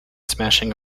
smashing